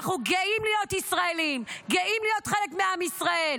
אני מצפה לזה מהממשלה,